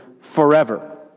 forever